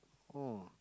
oh